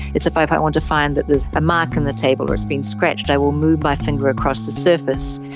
it's if i if i want to find that there is a mark in the table or it's been scratched, i will move my finger across the surface,